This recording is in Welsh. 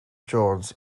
jones